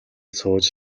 сууж